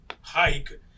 hike